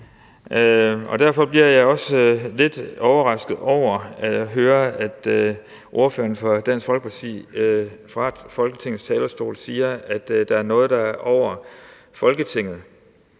Derfor bliver jeg også lidt overrasket over at høre, at ordføreren for Dansk Folkeparti fra Folketingets talerstol siger, at der er noget, der er over Folketinget,